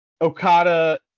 Okada